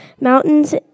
mountains